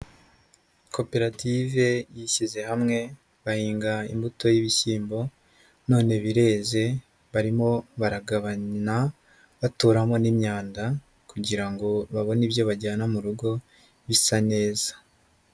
Koperative yishyize hamwe bahinga imbuto y'ibishyimbo, none bireze barimo baragabana batoramo n'imyanda kugira ngo babone ibyo bajyana mu rugo bisa neza.